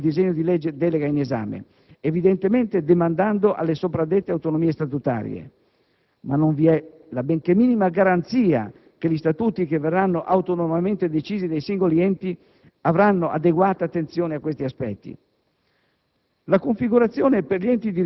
nulla dice al loro riguardo il disegno di legge delega in esame, evidentemente demandando alle sopraddette autonomie statutarie. Non vi è la benché minima garanzia che gli statuti che verranno autonomamente decisi dai singoli enti avranno adeguata attenzione a questi aspetti.